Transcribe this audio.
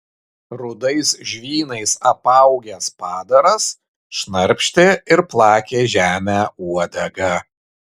rudais žvynais apaugęs padaras šnarpštė ir plakė žemę uodega